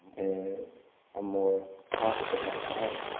and i'm more conscious of my time.